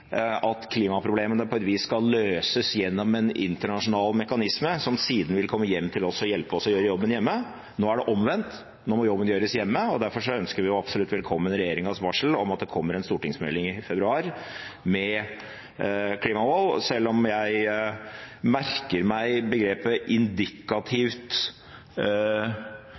at klimaproblemene på et vis skal løses gjennom en internasjonal mekanisme som siden vil komme hjem til oss og hjelpe oss å gjøre jobben hjemme. Nå er det omvendt, nå må jobben gjøres hjemme. Derfor ønsker vi absolutt velkommen regjeringens varsel om at det kommer en stortingsmelding i februar med klimamål, selv om jeg merker meg begrepet